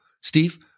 Steve